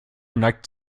neigt